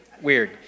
weird